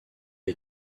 est